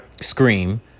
scream